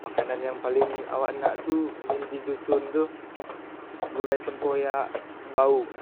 Makanan yang paleng awak ndak tu men di doson tu gulai tempoyak baong,